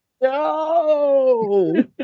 no